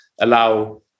allow